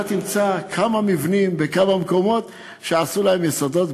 אתה תמצא כמה מבנים בכמה מקומות שעשו להם יסודות,